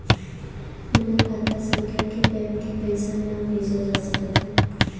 बिना खाता संख्या के बैंक के पईसा ना भेजल जा सकत हअ